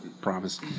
promise